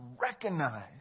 recognize